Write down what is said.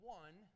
one